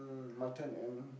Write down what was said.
mutton and